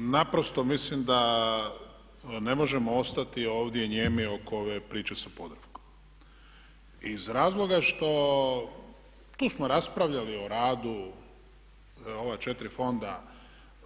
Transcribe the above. Naprosto mislim da ne možemo ostati ovdje nijemi oko ove priče sa Podravkom iz razloga što tu smo raspravljali o radu ova 4 fonda,